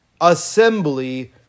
assembly